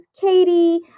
Katie